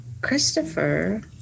Christopher